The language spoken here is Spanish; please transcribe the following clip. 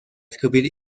escribir